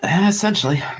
Essentially